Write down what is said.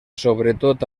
sobretot